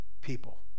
people